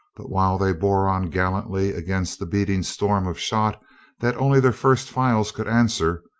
but while they bore on gallantly against the beating storm of shot that only their first files could answer,